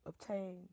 obtain